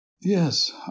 Yes